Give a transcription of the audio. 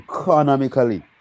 economically